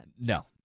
No